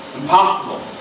Impossible